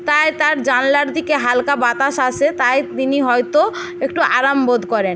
তাই তার জানালার দিকে হালকা বাতাস আসে তাই তিনি হয়তো একটু আরাম বোধ করেন